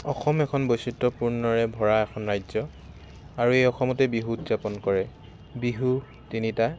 অসম এখন বৈচিত্ৰপূৰ্ণৰে ভৰা এখন ৰাজ্য আৰু এই অসমতেই বিহু উদযাপন কৰে বিহু তিনিটা